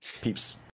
Peeps